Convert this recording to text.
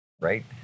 right